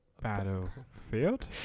Battlefield